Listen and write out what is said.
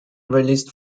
released